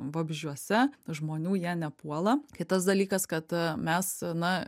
vabzdžiuose žmonių jie nepuola kitas dalykas kad mes na